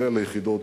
זה ליחידות,